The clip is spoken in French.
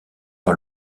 par